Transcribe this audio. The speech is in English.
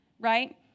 right